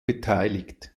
beteiligt